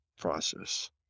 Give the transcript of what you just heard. process